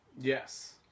Yes